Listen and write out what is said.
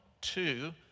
two